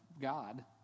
God